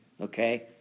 okay